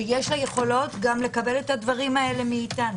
שיש לה יכולות גם לקבל את הדברים האלה מאיתנו?